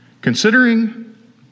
Considering